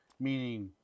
meaning